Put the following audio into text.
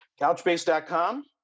Couchbase.com